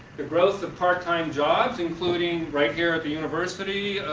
the growth of part time jobs, including right here at the university,